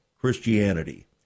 Christianity